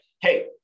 hey